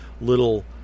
little